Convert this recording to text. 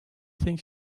think